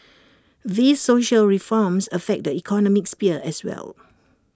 these social reforms affect the economic sphere as well